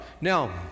Now